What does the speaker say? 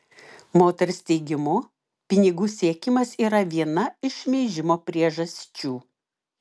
moters teigimu pinigų siekimas yra viena iš šmeižimo priežasčių